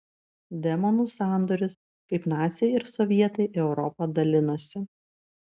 demonų sandoris kaip naciai ir sovietai europą dalinosi